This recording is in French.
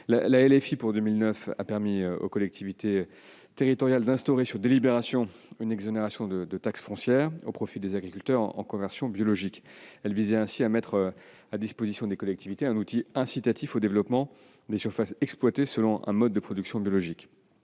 initiale de 2009 a permis aux collectivités territoriales d'instaurer, sur délibération, une exonération de taxe foncière au profit des agriculteurs en conversion biologique. Elle visait ainsi à mettre à disposition des collectivités un outil incitatif au développement des surfaces exploitées selon un mode de production biologique.